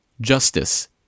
justice